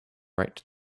right